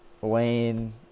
Wayne